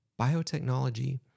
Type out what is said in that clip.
Biotechnology